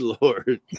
lord